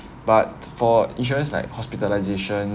but for insurance like hospitalization